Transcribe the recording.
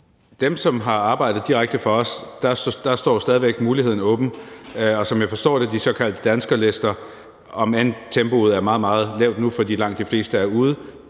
dem, som har arbejdet direkte for os, står muligheden stadig væk åben. Som jeg forstår det, er der de såkaldte danskerlister – om end tempoet er meget, meget lavt nu, fordi langt de fleste er ude